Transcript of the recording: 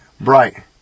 bright